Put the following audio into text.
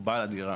או בעל הדירה,